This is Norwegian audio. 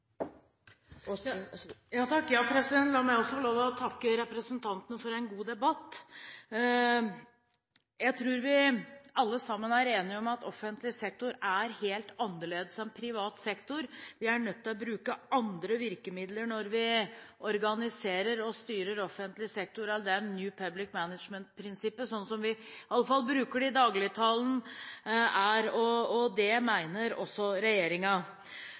La meg også få lov til å takke representanten Håbrekke for en god debatt. Jeg tror vi alle sammen er enige om at offentlig sektor er helt annerledes enn privat sektor. Vi er nødt til å bruke andre virkemidler når vi organiserer og styrer offentlig sektor, enn New Public Management-prinsippet, slik som vi iallfall bruker det i dagligtalen. Det mener også regjeringen. Så er dette et interessant tema, for det